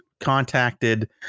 contacted